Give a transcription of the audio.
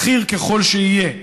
בכיר ככל שיהיה,